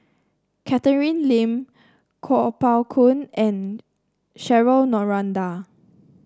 Catherine Lim Kuo Pao Kun and Cheryl Noronha